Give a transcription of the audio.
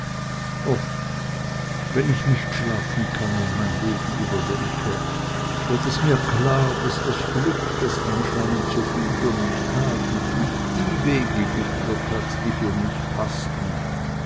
oft wenn ich nicht schlafen kann und mein leben überdenke wird es mir klar daß das glück das anscheinend soviel für mich tat mich nicht die wege geführt hat die für mich paßten